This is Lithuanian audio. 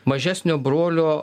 mažesnio brolio